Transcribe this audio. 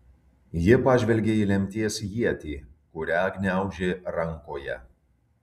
ji pažvelgė į lemties ietį kurią gniaužė rankoje